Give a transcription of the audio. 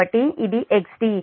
కాబట్టి ఇది xd 0